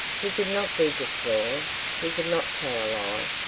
he could not be disloyal he could not tell a lie.